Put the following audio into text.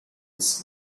its